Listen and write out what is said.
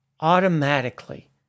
automatically